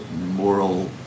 moral